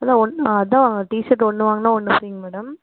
அதான் ஒன் அதான் T shirt ஒன்று வாங்குனா ஒன்று ஃப்ரீ மேடம்